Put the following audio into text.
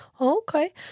okay